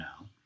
now